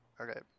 okay